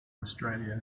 australia